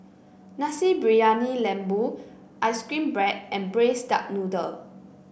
Nasi Briyani Lembu ice cream bread and Braised Duck Noodle